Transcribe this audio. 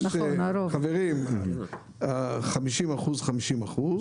חצי חצי.